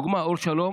לדוגמה, אור שלום